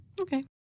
Okay